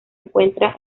encuentra